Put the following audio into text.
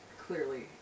clearly